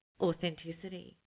authenticity